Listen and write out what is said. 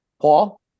Paul